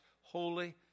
holy